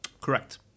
Correct